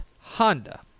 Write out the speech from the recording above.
Honda